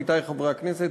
עמיתי חברי הכנסת,